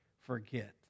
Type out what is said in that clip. forget